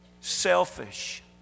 Selfish